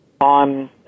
on